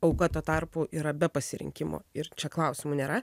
auka tuo tarpu yra be pasirinkimo ir čia klausimų nėra